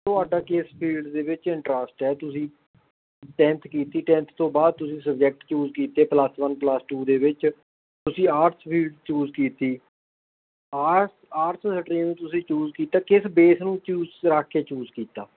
ਤੁਹਾਡਾ ਕਿਸ ਫੀਲਡ ਦੇ ਵਿੱਚ ਇੰਟਰਸਟ ਹੈ ਤੁਸੀਂ ਟੈਂਨਥ ਕੀਤੀ ਟੈਂਨਥ ਤੋਂ ਬਾਅਦ ਤੁਸੀਂ ਸਬਜੈਕਟ ਚੂਜ ਕੀਤੇ ਪਲੱਸ ਵਨ ਪਲੱਸ ਟੂ ਦੇ ਵਿੱਚ ਤੁਸੀਂ ਆਰਟਸ ਫ਼ੀਲਡ ਚੂਜ ਕੀਤੀ ਆਰਟਸ ਆਰਟਸ ਸਟ੍ਰੀਮ ਤੁਸੀਂ ਚੂਜ ਕੀਤਾ ਕਿਸ ਬੇਸ ਨੂੰ ਚੂਜ ਰੱਖ ਕੇ ਚੂਜ ਕੀਤਾ